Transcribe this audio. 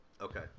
Okay